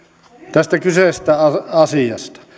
tästä kyseisestä asiasta